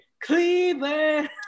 Cleveland